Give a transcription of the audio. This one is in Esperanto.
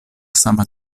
sama